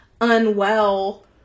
unwell